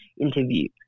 interview